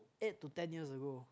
eight to ten years ago